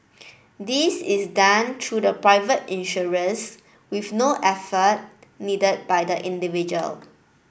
this is done through the private insurers with no effort needed by the individual